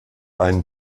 einen